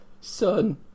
son